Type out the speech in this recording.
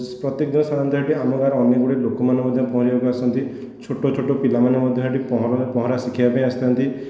ପ୍ରତ୍ୟେକ ଦିନ ସନ୍ଧ୍ୟାରେ ଆମର ଅନେକ ଗୁଡ଼ିଏ ଲୋକମାନେ ମଧ୍ୟ ପହଁରିଆକୁ ଆସନ୍ତି ଛୋଟ ଛୋଟ ପିଲାମାନେ ମଧ୍ୟ ଏଇଠି ପହଁରା ପହଁରା ଶିଖିବା ପାଇଁ ଆସିଥାନ୍ତି